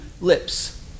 lips